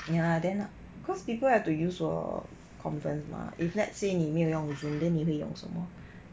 ya then cause people have to use for conference mah if let's say